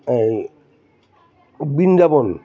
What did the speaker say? এই বৃন্দাবন